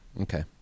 Okay